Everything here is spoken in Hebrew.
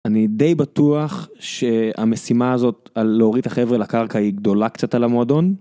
אני די בטוח שהמשימה הזאת על להוריד את החבר'ה לקרקע היא גדולה קצת על המועדון.